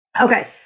Okay